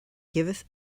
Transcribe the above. giveth